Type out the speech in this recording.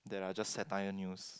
that are just satire news